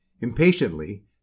Impatiently